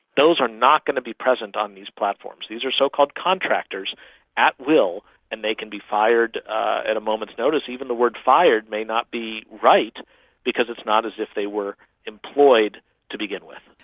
those are not going to be present on these platforms. these are so-called contractors at will and they can be fired at a moment's notice. even the word fired may not be right because it's not as if they were employed to begin with.